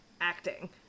acting